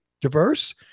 diverse